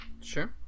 sure